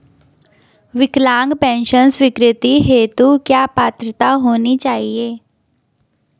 विकलांग पेंशन स्वीकृति हेतु क्या पात्रता होनी चाहिये?